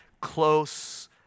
close